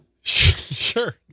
Sure